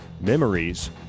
memories